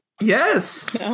Yes